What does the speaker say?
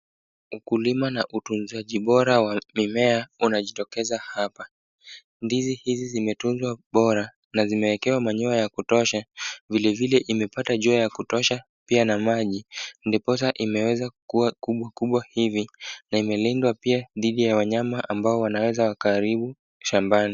Ukulima na utunzaji bora wa mimea umejitokeza hapa. Ndizi hizi zimetunzwa bora na zimewekewa manure ya kutosha. Vile vile imepata jua ya kutosha, pia na maji ndiposa imeweza kuwa kubwa kubwa hivi, na imelindwa pia dhidi ya wanyama ambao wanaweza wakaharibu shambani.